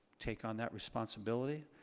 take on that responsibility.